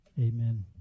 Amen